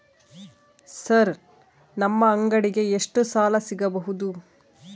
Sir ನಮ್ಮ ಅಂಗಡಿಗೆ ಎಷ್ಟು ಸಾಲ ಸಿಗಬಹುದು?